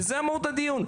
וזה מהות הדיון.